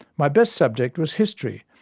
my best subject was history,